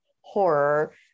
horror